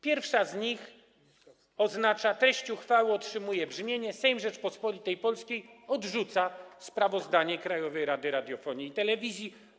Pierwsza z nich: treść uchwały otrzymuje brzmienie: Sejm Rzeczypospolitej Polskiej odrzuca sprawozdanie Krajowej Rady Radiofonii i Telewizji.